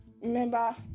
remember